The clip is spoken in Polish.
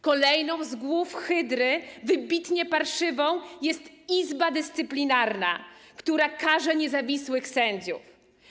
Kolejną z głów hydry, wybitnie parszywą, jest Izba Dyscyplinarna, która karze niezawisłych sędziów.